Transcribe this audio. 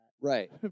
Right